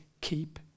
keep